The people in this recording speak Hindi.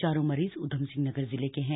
चारों मरीज उधम सिंह नगर जिले के हैं